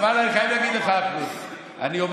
כנראה שאותך לא מזהים, אולי.